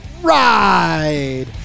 ride